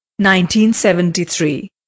1973